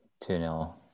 two-nil